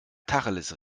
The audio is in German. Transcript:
tacheles